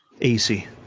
AC